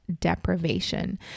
deprivation